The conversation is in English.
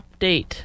update